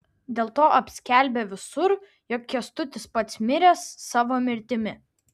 dėlto apskelbė visur jog kęstutis pats miręs savo mirtimi